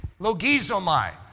logizomai